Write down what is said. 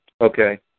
okay